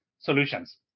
solutions